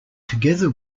together